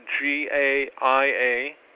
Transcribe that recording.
G-A-I-A